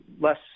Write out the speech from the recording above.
less